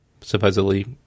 supposedly